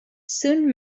soon